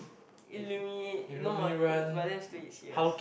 illumi no more already but that lets do it serious